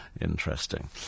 Interesting